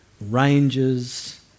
ranges